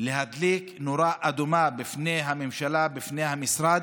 להדליק נורה אדומה בפני הממשלה ובפני המשרד,